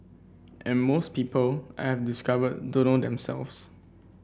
and most people I've discovered don't know themselves